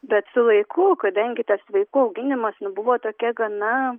bet su laiku kadangi tas vaikų auginimas nu buvo tokia gana